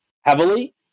heavily